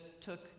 took